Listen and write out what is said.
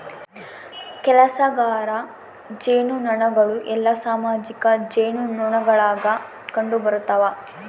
ಕೆಲಸಗಾರ ಜೇನುನೊಣಗಳು ಎಲ್ಲಾ ಸಾಮಾಜಿಕ ಜೇನುನೊಣಗುಳಾಗ ಕಂಡುಬರುತವ